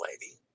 Lady